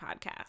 podcast